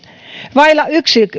vailla